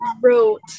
wrote